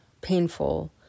painful